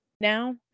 now